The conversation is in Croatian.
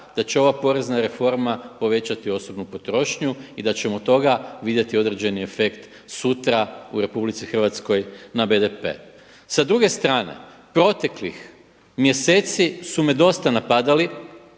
da će ova porezna reforma povećati osobnu potrošnju i da ćemo od toga vidjeti određeni efekt sutra u RH na BDP. Sa druge strane proteklih mjeseci su me dosta napadali